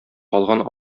калган